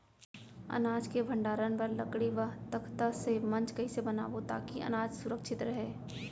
अनाज के भण्डारण बर लकड़ी व तख्ता से मंच कैसे बनाबो ताकि अनाज सुरक्षित रहे?